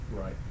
Right